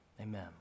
Amen